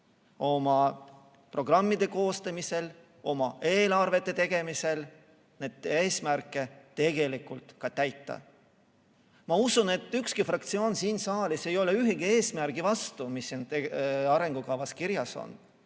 oma programmide koostamisel, oma eelarvete tegemisel neid eesmärke tegelikult täita. Ma usun, et ükski fraktsioon siin saalis ei ole ühegi eesmärgi vastu, mis on arengukavas kirjas.